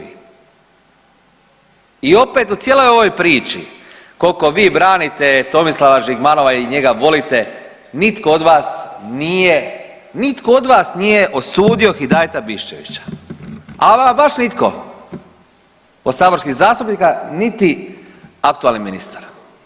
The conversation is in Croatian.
I opet u cijeloj ovoj priči, koliko vi branite Tomislava Žigmanova i njega volite, nitko od vas nije, nitko od vas nije osudio Hidajeta Biščevića, ali ama baš nitko od saborskih zastupnika niti aktualni ministar.